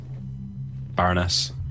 Baroness